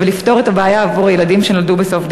ולפתור את הבעיה עבור ילדים שנולדו בסוף דצמבר.